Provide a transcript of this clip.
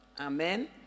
amen